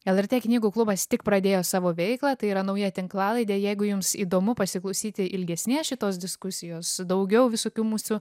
lrt knygų klubas tik pradėjo savo veiklą tai yra nauja tinklalaidė jeigu jums įdomu pasiklausyti ilgesnės šitos diskusijos daugiau visokių mūsų